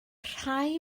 rhai